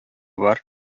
бар